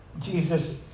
Jesus